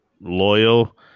loyal